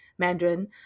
mandarin